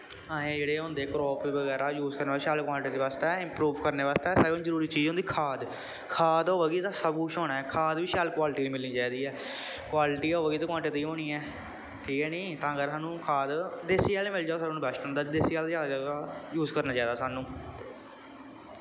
असें जेह्ड़े होंदे क्राप बगैरा यूज करने शैल कोआंटटी बास्तै इंप्रूव करनै बास्तै सारें कोला जरूरी चीज़ होंदी खाद खाद होऐ गी तां सब कुछ होना ऐ खाद बी शैल क्वालटी दी मिलनी चाहिदी ऐ क्वालटी होएगी ते कोआंटटी होनी ऐ ठीक ऐ नी तां कर सानू खाद देसी हैल मिल जाए सारें कोला बैस्ट होंदा देसी हैल जेह्का ज्यादा यूज करना चाहिदा सानू